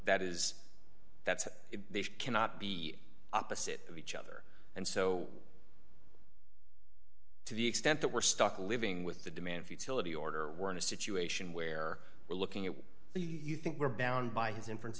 that is that they cannot be opposite of each other and so to the extent that we're stuck living with the demands utility order we're in a situation where we're looking at you think we're bound by his inference